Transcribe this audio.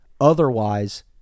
Otherwise